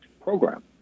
program